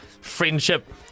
friendship